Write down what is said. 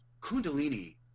Kundalini